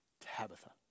Tabitha